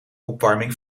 opwarming